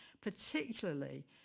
particularly